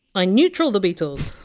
i neutral the beatles.